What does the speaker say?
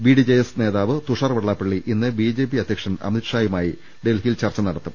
BDJS നേതാവ് തുഷാർ വെള്ളാപ്പള്ളി ഇന്ന് BJP അധ്യക്ഷൻ അമിത്ഷായുമായി ഡൽഹിയിൽ ചർച്ച നടത്തും